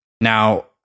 Now